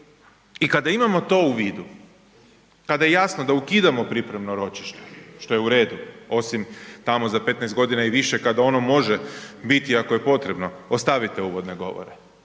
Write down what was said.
I kada imamo tu vidu, kada je jasno da ukidamo pripremno ročište, što je u redu osim tamo za 15 g. i više kad ono može biti ako je potrebno, ostavite uvodne govore.